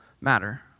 matter